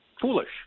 foolish